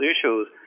issues